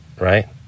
right